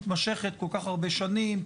מתמשכת כל כך הרבה שנים.